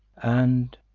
and,